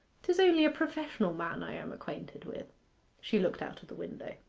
tis only a professional man i am acquainted with she looked out of the window.